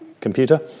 computer